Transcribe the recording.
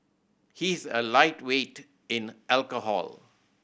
he is a lightweight in alcohol